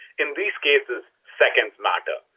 in these cases, seconds matter,